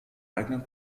eigenen